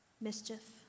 mischief